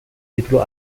título